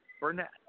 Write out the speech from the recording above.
Burnett